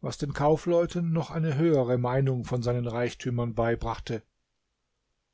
was den kaufleuten noch eine höhere meinung von seinen reichtümern beibrachte